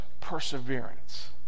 perseverance